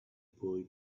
boy